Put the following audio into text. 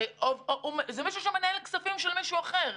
הרי זה אדם שמנהל כספים של מישהו אחר.